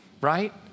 right